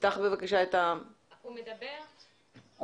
הוא מדבר,